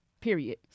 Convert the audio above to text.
period